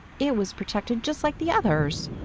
it was protected just like the others.